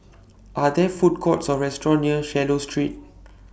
Are There Food Courts Or restaurants near Swallow Street